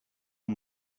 een